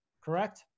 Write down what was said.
correct